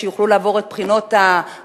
על זה שיוכלו לעבור את בחינות הבגרות,